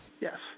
Yes